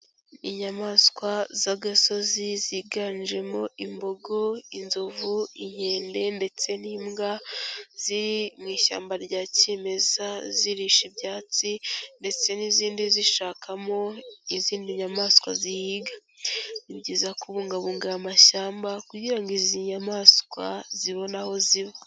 Inyamaswa z'agasozi ziganjemo imbogo, inzovu, inkende ndetse n'imbwa, ziri mu ishyamba rya kimeza zirisha ibyatsi ndetse n'izindi zishakamo izindi nyamaswa zihiga. Ni byiza kubungabunga aya mashyamba kugira ngo izi nyamaswa zibone aho ziba.